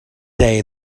day